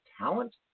talent